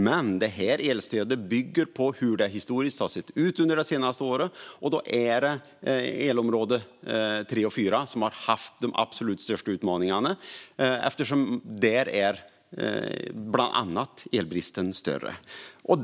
Men elstödet bygger på hur det historiskt har sett ut under det senaste året, och då är det elområdena 3 och 4 som har haft de absolut största utmaningarna eftersom elbristen är större där, bland annat.